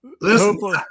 Listen